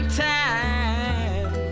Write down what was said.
time